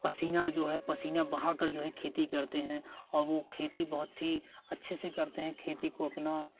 पसीना जो है पसीना बहा कर जो है खेती करते करते हैं और वो खेती बहुत ही अच्छे से करते हैं खेती को अपना